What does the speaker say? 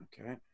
Okay